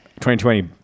2020